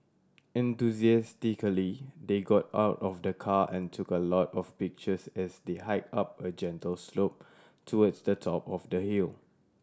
enthusiastically they got out of the car and took a lot of pictures as they hike up a gentle slope towards the top of the hill